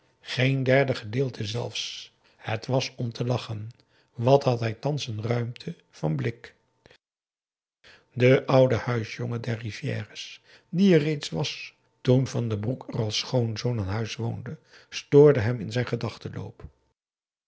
geen derde gedeelte zelfs het was om te lachen wat had hij thans een ruimte van blik de oude huisjongen der rivière's die er reeds was toen van den broek er als schoonzoon aan huis woonde stoorde hem in zijn gedachtenloop